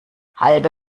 halbe